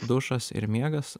dušas ir miegas